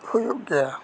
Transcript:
ᱦᱩᱭᱩᱜ ᱜᱮᱭᱟ